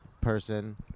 person